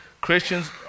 Christians